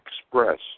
express